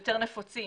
יותר נפוצים